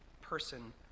person